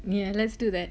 yeah let's do that